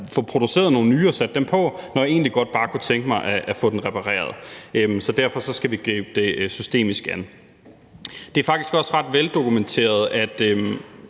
at få produceret nogle nye og sat dem på, når jeg egentlig godt bare kunne tænke mig at få den repareret. Så derfor skal vi gribe det systemisk an. Det er faktisk også ret veldokumenteret, at